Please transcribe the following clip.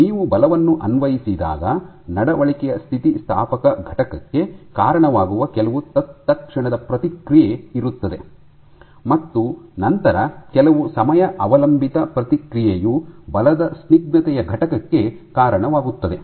ನೀವು ಬಲವನ್ನು ಅನ್ವಯಿಸಿದಾಗ ನಡವಳಿಕೆಯ ಸ್ಥಿತಿಸ್ಥಾಪಕ ಘಟಕಕ್ಕೆ ಕಾರಣವಾಗುವ ಕೆಲವು ತತ್ಕ್ಷಣದ ಪ್ರತಿಕ್ರಿಯೆ ಇರುತ್ತದೆ ಮತ್ತು ನಂತರ ಕೆಲವು ಸಮಯ ಅವಲಂಬಿತ ಪ್ರತಿಕ್ರಿಯೆಯು ಬಲದ ಸ್ನಿಗ್ಧತೆಯ ಘಟಕಕ್ಕೆ ಕಾರಣವಾಗುತ್ತದೆ